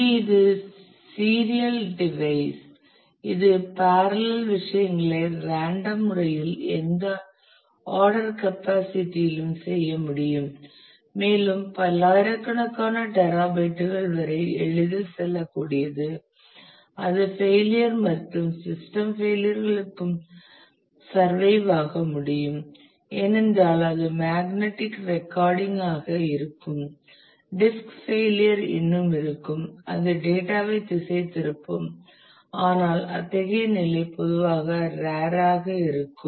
இங்கே இது serial device இது பாரலல் விஷயங்களைச் ராண்டம் முறையில் எந்த ஆர்டர் கெப்பாசிட்டி யிலும் செய்ய முடியும் மேலும் பல்லாயிரக்கணக்கான டெராபைட்டுகள் வரை எளிதில் செல்லக்கூடியது அது ஃபெயிலியர் மற்றும் சிஸ்டம் ஃபெயிலியர் களுக்கும் சார்வைஃவ் ஆக முடியும் ஏனென்றால் அது மேக்னெட்டிக் ரெக்கார்டிங் ஆக இருக்கும் டிஸ்க் ஃபெயிலியர் இன்னும் இருக்கும் அது டேட்டா ஐ திசை திருப்பும் ஆனால் அத்தகைய நிலை பொதுவாக ரேர் ஆக இருக்கும்